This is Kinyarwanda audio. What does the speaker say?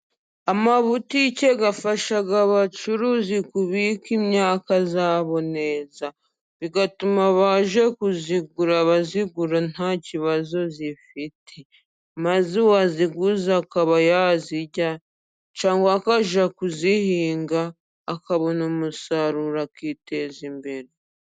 Amabutike afasha abacuruzi kubika imyaka yabo neza, bigatuma abaje kuyigura bayigura nta kibazo ifite, maze uwayiguze akaba yayirya cyangwa akajya kuyihinga, akabona umusaruro akiteza imbere.